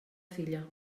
filla